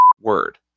word